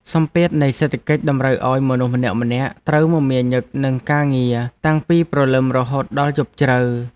សម្ពាធនៃសេដ្ឋកិច្ចតម្រូវឱ្យមនុស្សម្នាក់ៗត្រូវមមាញឹកនឹងការងារតាំងពីព្រលឹមរហូតដល់យប់ជ្រៅ។